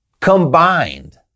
combined